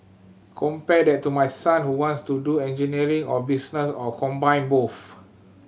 compare that to my son who wants to do engineering or business or combine both